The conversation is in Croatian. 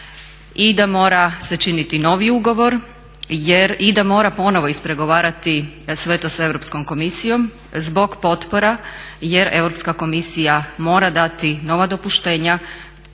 i da mora se činiti novi ugovor i da mora ponovo ispregovarati sve to sa Europskom komisijom zbog potpora, jer Europska komisija mora dati nova dopuštenja